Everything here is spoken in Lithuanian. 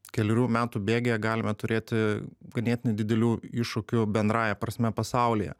kelerių metų bėgyje galime turėti ganėtinai didelių iššūkių bendrąja prasme pasaulyje